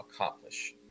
accomplish